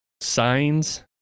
Signs